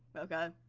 okay?